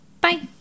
Bye